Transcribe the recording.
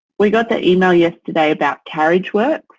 we got the email yesterday about carriageworks.